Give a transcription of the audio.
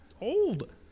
old